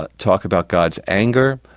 but talk about god's anger,